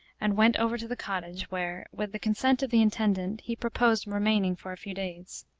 and went over to the cottage, where, with the consent of the intendant, he proposed remaining for a few days.